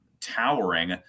towering